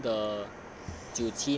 so only the